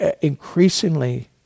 increasingly